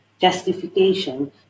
justification